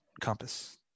compass